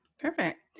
Perfect